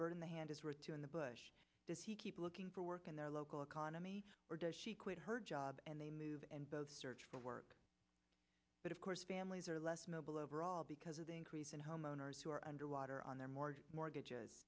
in the hand is worth two in the bush people looking for work in their local economy or does she quit her job and they move and both search for work but of course families are less noble overall because of the increase in homeowners who are underwater on their mortgage mortgages las